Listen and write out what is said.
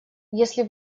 если